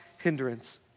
hindrance